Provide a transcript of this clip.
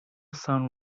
son